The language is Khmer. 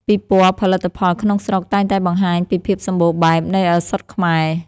ពិព័រណ៍ផលិតផលក្នុងស្រុកតែងតែបង្ហាញពីភាពសម្បូរបែបនៃឱសថខ្មែរ។